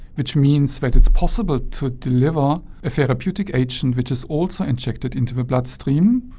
which means that it's possible to deliver a therapeutic agent which is also injected into the bloodstream.